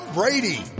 Brady